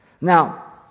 Now